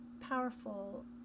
powerful